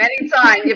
anytime